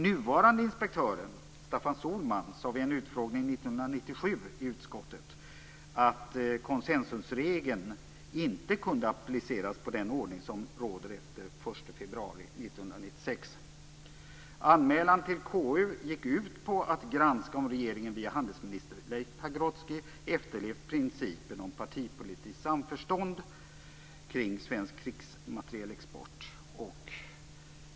Nuvarande inspektören Staffan Sohlman sade vid en utfrågning 1997 i utskottet att konsensusregeln inte kunde appliceras på den ordning som råder efter den 1 februari 1996. Anmälan till KU gick ut på att vi skulle granska om regeringen via handelsminister Leif Pagrotsky efterlevt principen om partipolitiskt samförstånd kring svensk krigsmaterielexport.